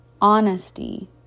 Honesty